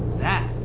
that?